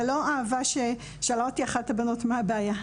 זה לא אהבה, שאלה אותי אחת הבנות מה הבעיה.